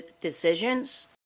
decisions